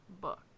book